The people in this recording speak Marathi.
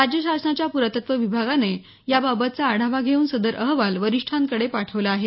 राज्य शासनाच्या पुरातत्त्व विभागाने याबाबतचा आढावा घेऊन सदर अहवाल वरिष्ठांकडे पाठवला आहे